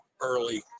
early